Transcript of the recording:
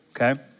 Okay